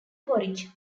porridge